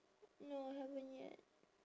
no haven't yet